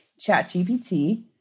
ChatGPT